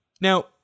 Now